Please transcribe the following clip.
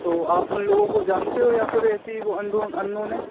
तो आप उन लोगों को जानते हो या फिर ऐसे ही वह अनडोन अन्नोन हैं